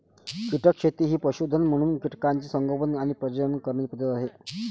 कीटक शेती ही पशुधन म्हणून कीटकांचे संगोपन आणि प्रजनन करण्याची पद्धत आहे